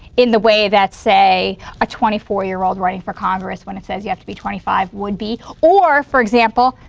in the way that say a twenty four year old running for congress when it says you have to be twenty five would be. or, for example,